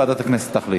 ועדת הכנסת תחליט.